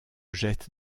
jette